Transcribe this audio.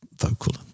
vocal